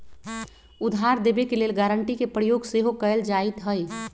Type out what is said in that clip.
उधार देबऐ के लेल गराँटी के प्रयोग सेहो कएल जाइत हइ